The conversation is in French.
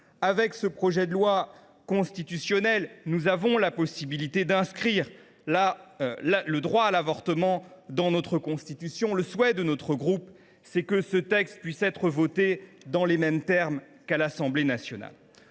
avec ce projet de loi constitutionnelle, nous avons la possibilité d’inscrire le droit à l’avortement dans notre Constitution. Le souhait de notre groupe est que ce texte puisse être voté dans les mêmes termes qu’à l’Assemblée nationale.